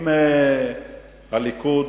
עם הליכוד,